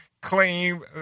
claim